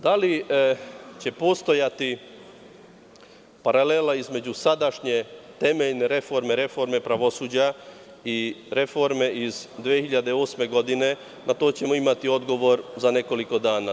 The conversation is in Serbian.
Da li će postojati paralela između sadašnje temeljne reforme, reforme pravosuđa i reforme iz 2008. godine, na to ćemo imati odgovor za nekoliko dana.